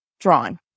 drawing